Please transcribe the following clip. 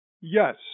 Yes